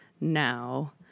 now